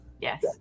yes